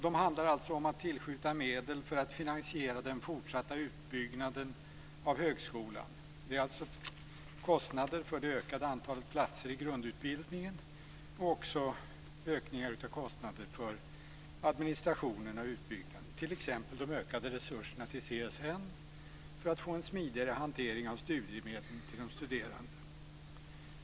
Det handlar om att tillskjuta medel för att finansiera den fortsatta utbyggnaden av högskolan. Det är kostnader för det ökade antalet platser i grundutbildningen och höjningar av kostnader för administrationen, t.ex. de ökade resurserna till CSN för att få en smidigare hantering av studiemedel till de studerande.